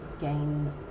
gain